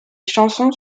chansons